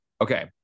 okay